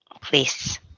Please